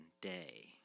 day